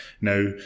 Now